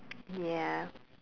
ya